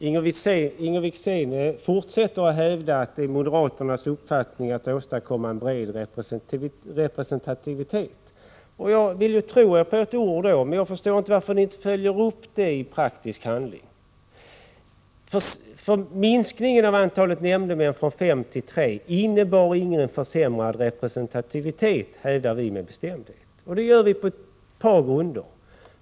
Herr talman! Inger Wickzén fortsätter att hävda att det är moderaternas inriktning att vilja åstadkomma en bred representativitet. Jag ville tro henne på hennes ord, men jag förstår inte varför moderaterna inte följer upp detta i praktisk handling. Minskningen av antalet nämndemän från fem till tre innebar inte någon försämrad representativitet. Det hävdar vi med bestämdhet på ett par grunder.